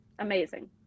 amazing